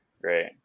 Great